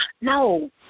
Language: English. No